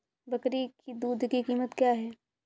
बकरी की दूध की कीमत क्या है?